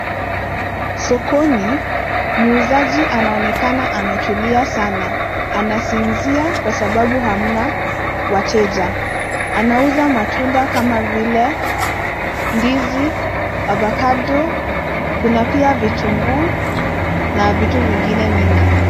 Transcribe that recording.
Sokoni muuzaji anaonekana ametulia sana, anasinzia kwa sababu hamna wateja. Anauza matunda kama vile ndizi, avocado .Kuna pia vitunguu na vitu vingine vingi.